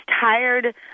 tired